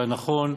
והנכון.